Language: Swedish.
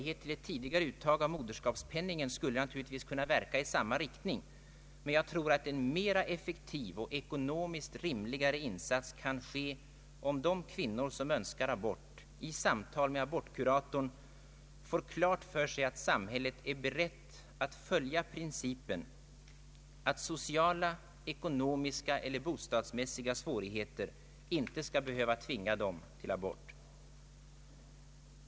Det kan erinras om bl.a. den debatt som utlöstes av ett abortprogram i TV hösten 1969, efter vilken det framhölls att en realistisk bild av en abort kunde vara olämplig att sända, därför att det kunde ge kvinnor förnyad anledning att känna sig pressade av en tidigare abort.